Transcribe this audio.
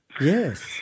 Yes